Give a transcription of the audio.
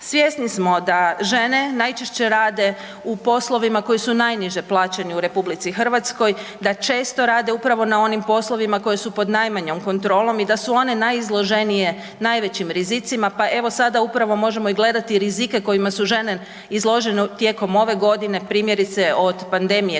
Svjesni smo da žene najčešće rade u poslovima koji su najniže plaćeni u RH, da često rade upravo na onim poslovima koji su pod najmanjom kontrolom i da su one najizloženije najvećim rizicima, pa evo sada upravo možemo i gledati rizike kojima su žene izložene tijekom ove godine, primjerice od pandemije